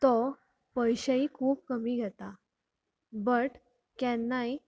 तो पयशेय खूब कमी घेता बट केन्नाय